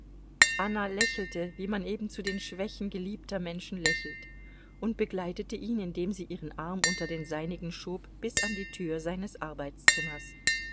anna lächelte wie man eben zu den schwächen geliebter menschen lächelt und begleitete ihn indem sie ihren arm unter den seinigen schob bis an die tür seines arbeitszimmers